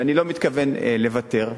ואני לא מתכוון לוותר: